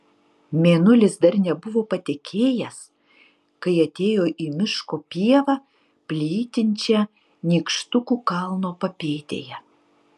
mėnulis dar nebuvo patekėjęs kai atėjo į miško pievą plytinčią nykštukų kalno papėdėje